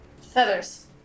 Feathers